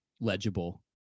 legible